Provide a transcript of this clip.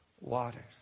waters